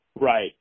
right